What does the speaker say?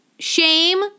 Shame